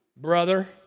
Brother